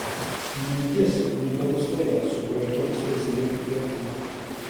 mintis unikalus laivas suprojektuotas specialiai ku